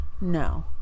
No